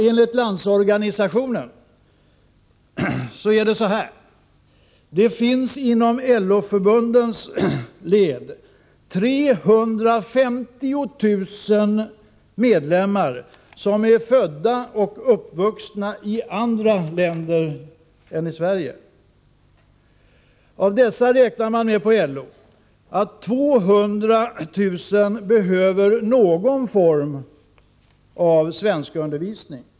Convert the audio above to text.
Enligt Landsorganisationen finns det i dag inom LO-förbundens led 350 000 medlemmar som är födda och uppvuxna i andra länder än Sverige. LO räknar med att 200 000 av dessa behöver någon form av svenskundervisning.